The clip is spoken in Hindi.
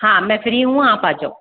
हाँ मैं फ्री हूँ आप आ जाओ